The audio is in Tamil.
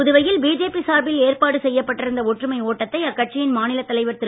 புதுவையில் பிஜேபி சார்பில் ஏற்பாடு செய்யப்பட்டிருந்த ஒற்றுமை ஒட்டத்தை அக்கட்சியின் மாநிலத் தலைவர் திரு